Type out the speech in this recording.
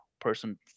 person